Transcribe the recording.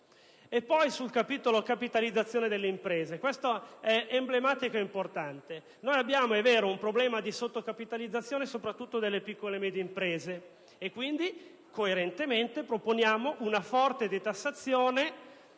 Il capitolo della capitalizzazione delle imprese è emblematico e importante. Noi abbiamo un problema di sottocapitalizzazione, soprattutto delle piccole e medie imprese: coerentemente, proponiamo una forte detassazione